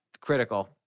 critical